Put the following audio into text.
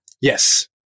Yes